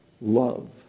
love